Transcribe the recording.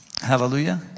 Hallelujah